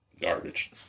Garbage